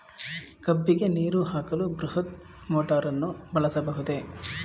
ಕಬ್ಬಿಗೆ ನೀರು ಹಾಕಲು ಬೃಹತ್ ಮೋಟಾರನ್ನು ಬಳಸಬಹುದೇ?